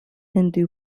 hindu